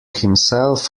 himself